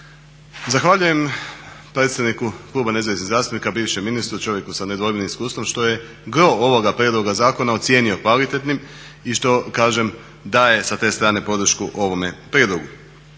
Zahvaljujem predstavniku kluba Nezavisnih zastupnika, bivšem ministru čovjeku sa nedvojbenim iskustvom što je gro ovoga prijedloga zakona ocijenio kvalitetnim i što kažem daje sa te strane podršku ovome prijedlogu.